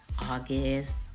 August